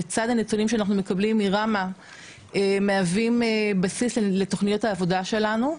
בצד הנתונים שאנחנו מקבלים מרמ"א מהווים בסיס לתוכניות העבודה שלנו.